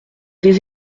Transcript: des